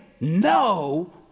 no